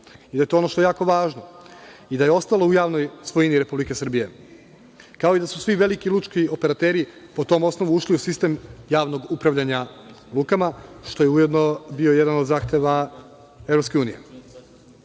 i da je to ono što je jako važno i da je ostalo u javnoj svojini RS, kao i da su svi veliki lučki operateri ušli u sistem javnog upravljanja lukama, što je ujedno bio jedan od zahteva